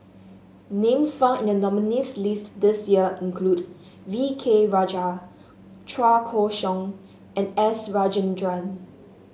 names found in the nominees' list this year include V K Rajah Chua Koon Siong and S Rajendran